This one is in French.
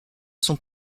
son